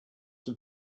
have